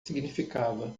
significava